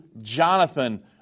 Jonathan